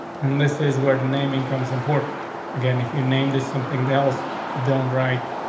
and this is where the name incomes important again. if you name this something else don't, right,